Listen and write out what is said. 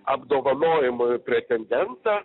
apdovanojimui pretendentą